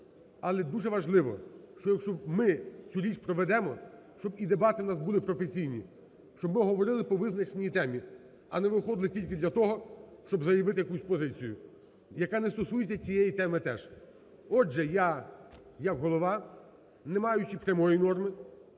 але дуже важливо, що якщо ми цю річ проведемо, щоб і дебати в нас були професійні, щоб ми говорили по визначеній темі, а не виходили тільки для того, щоб заявити якусь позицію, яка не стосується цієї теми теж. Отже, я як Голова, не маючи прямої норми